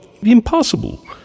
Impossible